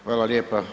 Hvala lijepa.